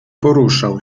poruszał